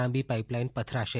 લાંબી પાઇપલાઇન પથરાશે